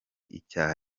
icyaha